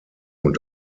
und